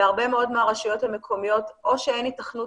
בהרבה מאוד מהרשויות המקומיות או שאין היתכנות